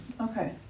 okay